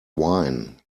wine